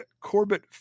corbett